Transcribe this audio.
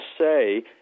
say